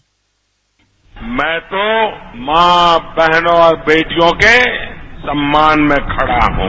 bite मैं तो मां बहनों और बेटियों के सम्मान में खड़ा हूं